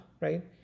right